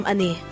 Ani